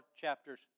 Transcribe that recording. chapters